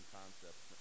concepts